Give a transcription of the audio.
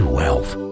wealth